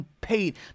paid